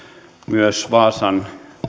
myös vaasan